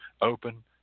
open